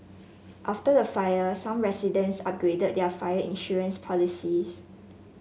after the fire some residents upgraded their fire insurance policies